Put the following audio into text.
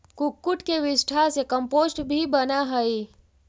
कुक्कुट के विष्ठा से कम्पोस्ट भी बनअ हई